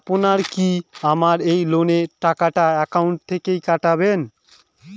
আপনারা কি আমার এই লোনের টাকাটা একাউন্ট থেকে কাটবেন?